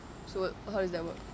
so how does that work